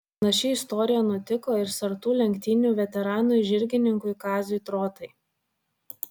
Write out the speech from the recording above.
panaši istorija nutiko ir sartų lenktynių veteranui žirgininkui kaziui trotai